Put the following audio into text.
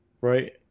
right